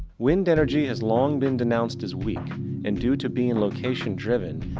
wind energy has long been denounced as weak and due to being location driven,